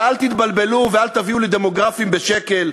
ואל תתבלבלו, ואל תביאו לי דמוקרטים בשקל,